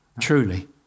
truly